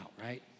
right